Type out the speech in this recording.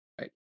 right